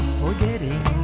forgetting